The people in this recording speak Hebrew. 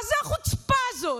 מה זה החוצפה הזאת?